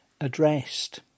addressed